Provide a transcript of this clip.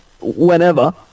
whenever